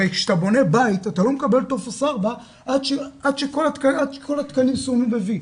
הרי כשאתה בונה בית אתה לא מקבל טופס 4 עד שכל התקנים סומנו ב-V.